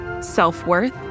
self-worth